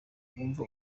wumva